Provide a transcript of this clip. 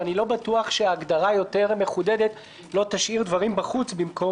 ואני לא בטוח שהגדרה יותר מחודדת לא תשאיר דברים בחוץ.